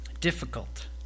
Difficult